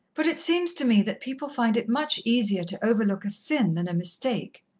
but it seems to me that people find it much easier to overlook a sin than a mistake.